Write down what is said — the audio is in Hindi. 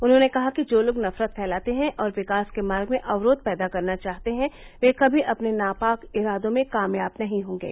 उन्होंने कहा कि जो लोग नफरत फैलाते हैं और विकास के मार्ग में अवरोध पैदा करना चाहते हैं वे कमी अपने नापाक इरादों में कामयाब नहीं होंगे